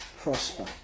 prosper